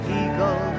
eagle